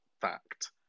fact